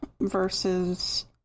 versus